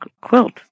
quilt